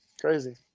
Crazy